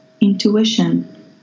intuition